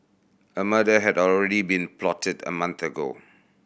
a murder had already been plotted a month ago